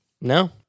No